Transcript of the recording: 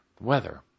weather